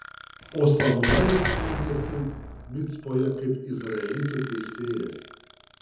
o samuelis elgėsi micpoje kaip izraelitų teisėjas